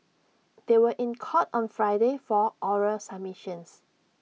they were in court on Friday for oral submissions